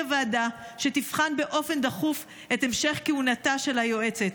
הוועדה שתבחן באופן דחוף את המשך כהונתה של היועצת.